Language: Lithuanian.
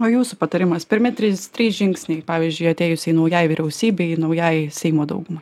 o jūsų patarimas pirmi trys trys žingsniai pavyzdžiui atėjusiai naujai vyriausybei naujai seimo daugumai